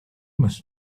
must